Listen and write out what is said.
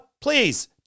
Please